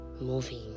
moving